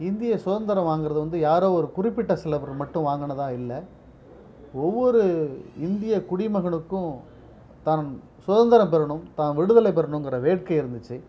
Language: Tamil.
இந்திய சுதந்திரம் வாங்கிறது வந்து யாரோ ஒரு குறிப்பிட்டு சில பேர் மட்டும் வாங்கினதா இல்லை ஒவ்வொரு இந்திய குடிமகனுக்கும் தான் சுதந்திரம் பெறணும் தான் விடுதலை பெறணுங்கிற வேட்கை இருந்துச்சு